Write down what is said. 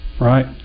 right